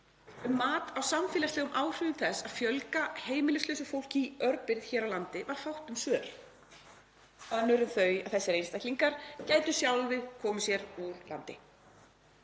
um mat á samfélagslegum áhrifum þess að fjölga heimilislausu fólk í örbirgð hér á landi var fátt um svör önnur en þau að þessir einstaklingar gætu sjálfir komið sér úr landi.